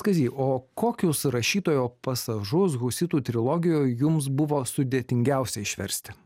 kazy o kokius rašytojo pasažus husitų trilogijoj jums buvo sudėtingiausia išversti